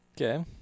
Okay